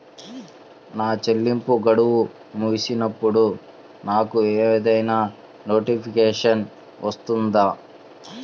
నా చెల్లింపు గడువు ముగిసినప్పుడు నాకు ఏదైనా నోటిఫికేషన్ వస్తుందా?